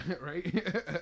right